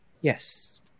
Yes